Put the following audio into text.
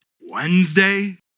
Wednesday